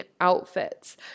outfits